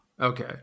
okay